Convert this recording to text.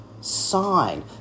sign